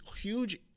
huge